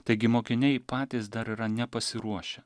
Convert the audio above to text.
taigi mokiniai patys dar yra nepasiruošę